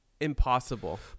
impossible